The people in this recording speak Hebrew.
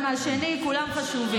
כולם חשובים.